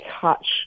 touch